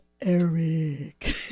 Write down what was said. Eric